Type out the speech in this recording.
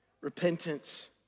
repentance